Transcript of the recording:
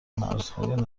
مرزهای